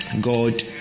God